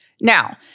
Now